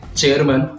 chairman